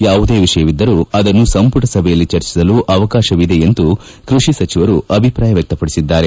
ಯಾವುದೇ ವಿಷಯವಿದ್ದರೂ ಅದನ್ನು ಸಂಪುಟ ಸಭೆಯಲ್ಲಿ ಚರ್ಚಿಸಲು ಅವಕಾಶವಿದೆ ಎಂದು ಕೃಷಿ ಸಚಿವರು ಅಭಿಪ್ರಾಯ ವ್ಯಕ್ತಪಡಿಸಿದ್ದಾರೆ